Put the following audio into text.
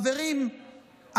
חברים,